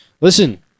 Listen